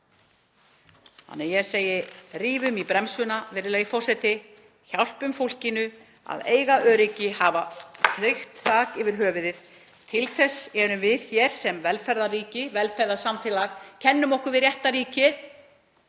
þola hér. Ég segi: Rífum í bremsuna, virðulegi forseti. Hjálpum fólkinu að hafa öryggi, hafa tryggt þak yfir höfuðið. Til þess erum við hér sem velferðarríki, velferðarsamfélag, kennum okkur við réttarríki.